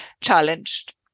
challenged